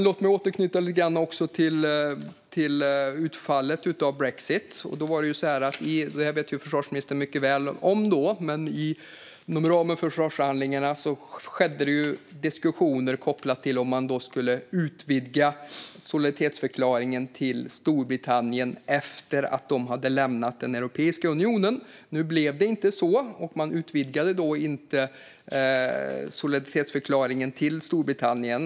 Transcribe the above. Låt mig återknyta lite grann till utfallet av brexit. Försvarsministern vet mycket väl om detta, men inom ramen för försvarsförhandlingarna fördes diskussioner kopplat till om man skulle utvidga solidaritetsförklaringen till Storbritannien efter att de lämnat Europeiska unionen. Nu blev det inte så, och man utvidgade inte solidaritetsförklaringen till Storbritannien.